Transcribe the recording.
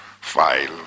file